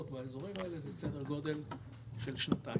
באזורים האלה זה סדר גודל של שנתיים.